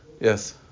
Yes